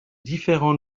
différents